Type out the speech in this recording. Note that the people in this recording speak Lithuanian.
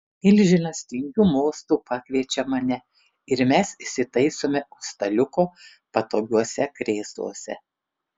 milžinas tingiu mostu pakviečia mane ir mes įsitaisome už staliuko patogiuose krėsluose